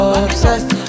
obsessed